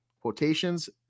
quotations